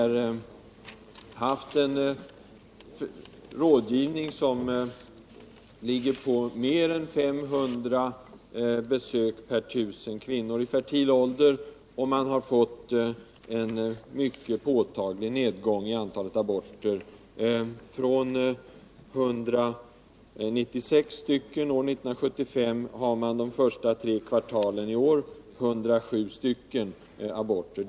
Rådgivningen har omfattat mer än 500 besök per 1 000 kvinnor i fertil ålder, och man har fått en mycket påtaglig nedgång i antalet aborter. Från att ha haft 196 aborter år 1975 hade man de första tre kvartalen i år 107 aborter.